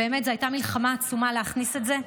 באמת, זאת הייתה מלחמה עצומה להכניס את זה.